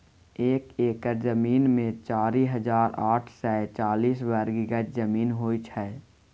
एक एकड़ जमीन मे चारि हजार आठ सय चालीस वर्ग गज जमीन होइ छै